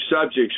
subjects